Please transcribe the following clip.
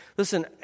Listen